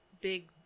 big